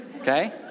okay